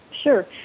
Sure